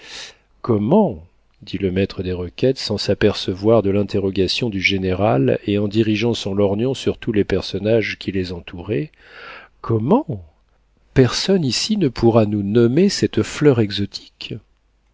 comment dit le maître des requêtes sans s'apercevoir de l'interrogation du général et en dirigeant son lorgnon sur tous les personnages qui les entouraient comment personne ici ne pourra nous nommer cette fleur exotique